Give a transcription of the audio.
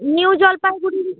New Jalpaiguri